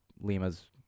Lima's